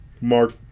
Mark